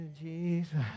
Jesus